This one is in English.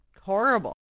horrible